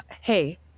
hey